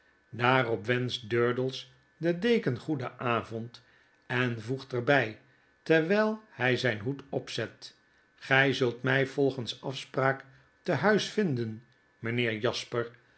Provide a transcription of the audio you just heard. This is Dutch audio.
daarop wenscht durdels den deken goeden avond en voegt er by terwyl hij zyn hoed opzet gy zult my volgens afspraak te huis vinden meneer jasper